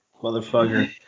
motherfucker